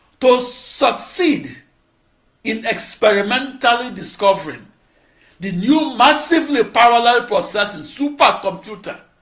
to succeed in experimentally discovering the new massively parallel processing supercomputer,